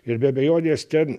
ir be abejonės ten